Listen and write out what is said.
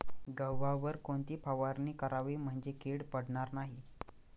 गव्हावर कोणती फवारणी करावी म्हणजे कीड पडणार नाही?